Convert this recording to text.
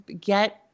get